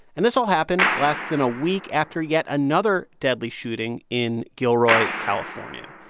and this all happened less than a week after yet another deadly shooting in gilroy, calif. um yeah